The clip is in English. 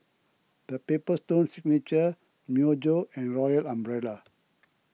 the Paper Stone Signature Myojo and Royal Umbrella